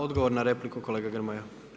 Odgovor na repliku, kolega Grmoja.